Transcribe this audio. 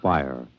Fire